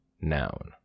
Noun